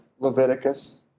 Leviticus